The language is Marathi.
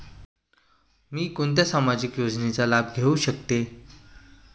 मी कोणत्या सामाजिक योजनेचा लाभ घेऊ शकते?